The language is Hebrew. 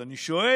אז אני שואל: